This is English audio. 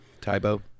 Tybo